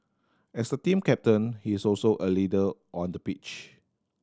as the team captain he is also a leader on the pitch